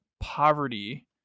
poverty